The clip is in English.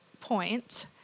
point